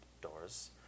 doors